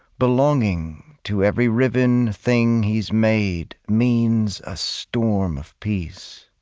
belonging, to every riven thing he's made, means a storm of peace.